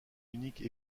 unique